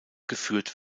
geführt